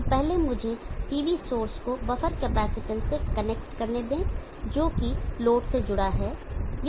तो पहले मुझे PV सोर्स को बफर कैपेसिटेंस से कनेक्ट करने दें जो कि लोड से जुड़ा है यह CT है